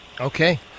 Okay